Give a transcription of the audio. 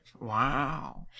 Wow